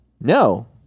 No